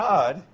God